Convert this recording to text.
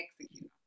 execute